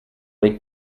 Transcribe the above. les